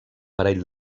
parell